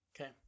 okay